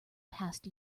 past